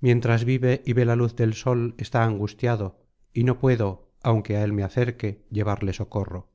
mientras vive y ve la luz del sol está angustiado y no puedo aunque á él me acerque llevarle socorro